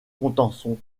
contenson